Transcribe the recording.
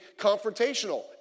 confrontational